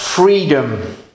Freedom